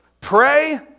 pray